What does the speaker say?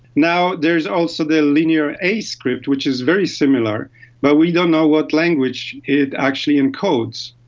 now there is also the linear a script which is very similar but we don't know what language it actually encodes.